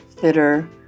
fitter